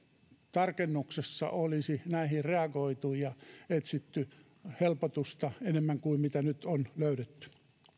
tarkennuksessa olisi näihin reagoitu ja etsitty helpotusta enemmän kuin mitä nyt on löydetty